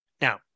Now